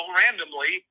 randomly